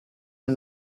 del